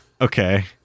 Okay